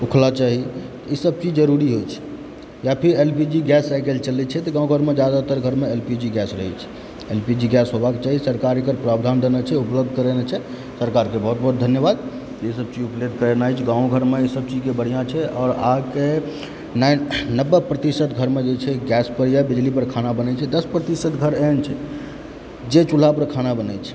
उपला चाही ईसभ चीज जरुरी होइ छै या फिर एल पी जी गैस आइकाल्हि चलैत छै तऽ गाँव घरमे जादातर घरमे एल पी जी गैस रहैत छै एल पी जी गैस होबाक चाही सरकार एकर प्रावधान देने छै उपलब्ध करेनय छै सरकारके बहुत बहुत धन्यवाद ईसभ चीज उपलब्ध करेनाइ गाँवमे ईसभ चीजके बढ़िआँ छै आओर आइके नबे प्रतिशत घरमे जे छै गैसपर या बिजलीपर खाना बनैत छै आओर दश प्रतिशत घर एहन छै जे चूल्हापर खाना बनैत छै